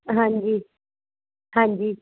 ਹਾਂਜੀ ਹਾਂਜੀ